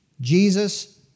Jesus